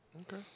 Okay